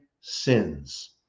sins